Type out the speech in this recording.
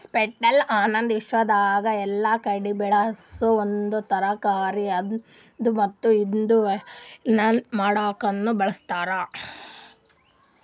squash ಅನದ್ ವಿಶ್ವದಾಗ್ ಎಲ್ಲಾ ಕಡಿ ಬೆಳಸೋ ಒಂದ್ ತರಕಾರಿ ಅದಾ ಮತ್ತ ಇದು ವೈನ್ ಮಾಡ್ಲುಕನು ಬಳ್ಸತಾರ್